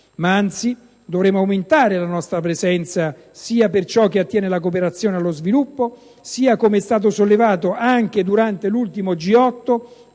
ma anzi dovremmo aumentare la nostra presenza sia per ciò che attiene alla cooperazione allo sviluppo, sia, come è stato sollevato anche durante l'ultimo G8,